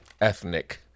ethnic